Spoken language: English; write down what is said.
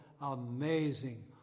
amazing